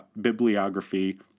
bibliography